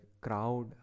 crowd